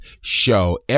show